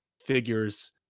figures